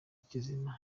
kizima